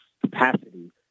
capacity